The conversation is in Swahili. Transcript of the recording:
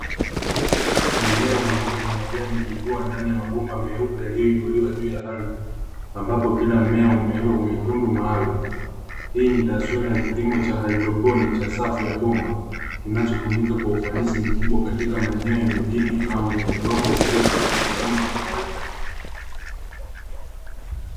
Mimea ya mboga za majani ikikua ndani ya mabomba meupe yaliyoinuliwa juu ya ardhi, ambapo kila mmea umeweka kwenye tundu maalamu. Hii ni taswira ya kilimo cha haidroponi cha safu ya bomba, kinachotumika kwa ufanisi mkubwa katika maeneno ya mijini au yenye udongo usiofaa kwa kilimo cha kawaida.